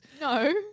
No